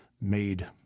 made